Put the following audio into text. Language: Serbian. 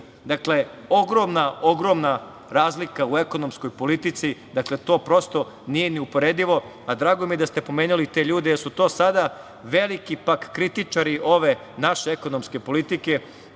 građane. Dakle, ogromna razlika u ekonomskoj politici. Dakle, to prosto nije ni uporedivo. Drago mi je da ste pomenuli te ljude, jer su to sada veliki kritičari ove naše ekonomske politike,